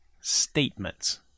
Statements